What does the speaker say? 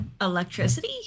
electricity